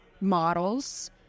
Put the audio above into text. models